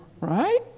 Right